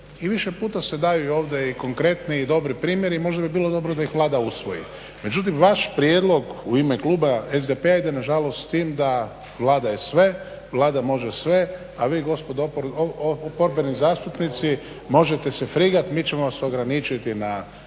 i više puta se daju ovdje i konkretni i dobri primjeri i možda bi bilo dobro da ih Vlada usvoji. Međutim, vaš prijedlog u ime kluba SDP-a ide nažalost s tim da Vlada je sve, Vlada može sve, a vi gospodo oporbeni zastupnici možete se frigat, mi ćemo vas ograničiti na